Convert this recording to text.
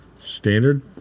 standard